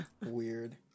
weird